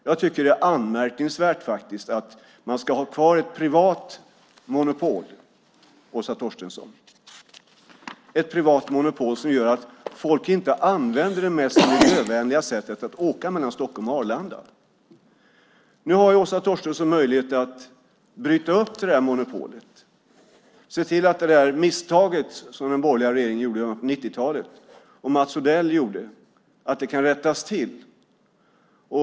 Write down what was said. Jag tycker att det är anmärkningsvärt att man ska ha kvar ett privat monopol, Åsa Torstensson, som gör att folk inte använder det mest miljövänliga sättet att åka mellan Stockholm och Arlanda. Nu har Åsa Torstensson möjlighet att bryta upp det monopolet och se till att det misstag som den borgerliga regeringen och Mats Odell gjorde i början av 90-talet kan rättas till.